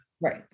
right